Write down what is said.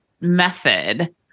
method